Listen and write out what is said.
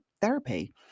therapy